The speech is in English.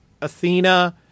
Athena